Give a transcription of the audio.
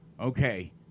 Okay